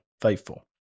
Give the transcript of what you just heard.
faithful